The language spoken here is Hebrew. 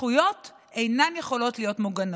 הזכויות אינן יכולות להיות מוגנות.